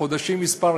חודשים מספר,